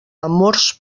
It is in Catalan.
amors